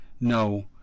No